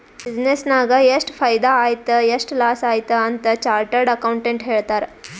business ನಾಗ್ ಎಷ್ಟ ಫೈದಾ ಆಯ್ತು ಎಷ್ಟ ಲಾಸ್ ಆಯ್ತು ಅಂತ್ ಚಾರ್ಟರ್ಡ್ ಅಕೌಂಟೆಂಟ್ ಹೇಳ್ತಾರ್